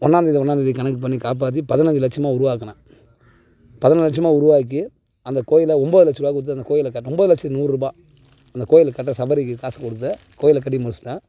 ஒன்னாம்தேதி ஒன்னாம்தேதி கணக்கு பண்ணி காப்பாற்றி பதினஞ்சு லட்சமாக உருவாக்குனேன் பதினஞ்சு லட்சமாக உருவாக்கி அந்த கோயிலை ஒம்பது லட்சரூவா கொடுத்து அந்த கோயிலை கட்டினோம் ஒம்பது லட்சத்து நூறுரூபா அந்த கோயிலை கட்ட சபரிக்கு காசு கொடுத்து கோயிலை கட்டி முடிச்சிட்டேன்